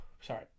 sorry